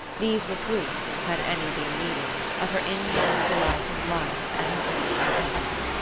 these were proofs, had any been needed, of her inborn delight in life and her own loveliness.